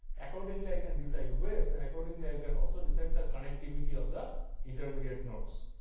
accordingly, i can decide weights and accordingly i can also decide the connectivity of the intermediate nodes.